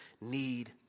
need